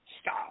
Stop